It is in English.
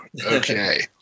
okay